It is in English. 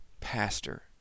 pastor